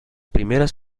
primeras